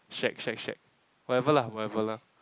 shag shag shag whatever lah whatever lah